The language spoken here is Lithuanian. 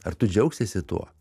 ar tu džiaugsiesi tuo